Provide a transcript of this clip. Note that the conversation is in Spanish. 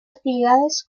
actividades